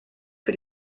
für